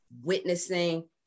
witnessing